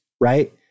right